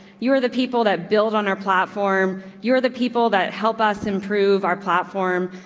you were the people that build on our platform. you're the people that help us improve our platform.